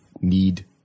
need